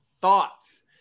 thoughts